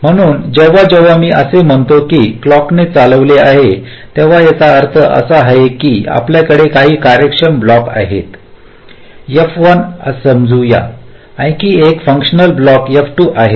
म्हणून जेव्हा जेव्हा मी असे म्हणतो की क्लॉकने चालविले आहे तेव्हा याचा अर्थ असा आहे की आपल्याकडे काही कार्यक्षम ब्लॉक आहेत F1 असे समजू या आणखी एक फंक्शनल ब्लॉक F2 आहे